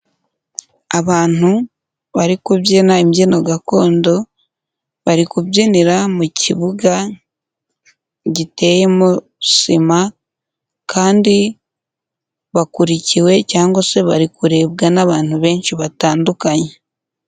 Abantu bari kubyina imbyino gakondo bari kubyinira mu kibuga giteyemo sima kandi bakurikiwe cyangwa se bari kurebwa n'abantu benshi batandukanye.